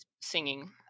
singing